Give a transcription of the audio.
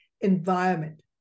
environment